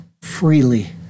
freely